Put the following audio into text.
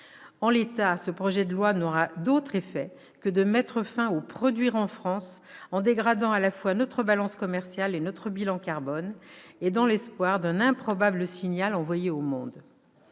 En l'état, ce projet de loi n'aura d'autre effet que de mettre fin au « produire en France », en dégradant à la fois notre balance commerciale et notre bilan carbone, et dans l'espoir d'un improbable signal envoyé au monde.